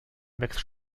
wächst